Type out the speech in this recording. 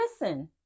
listen